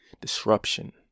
disruption